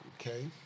okay